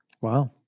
wow